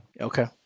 Okay